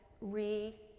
re